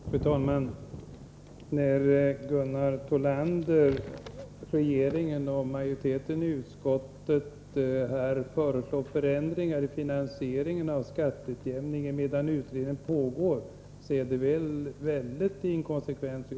Fru talman! När Gunnar Thollander, regeringen och majoriteten i utskottet här föreslår förändringar när det gäller finansieringen av skatteutjämningen medan utredning pågår, är det mycket inkonsekvent.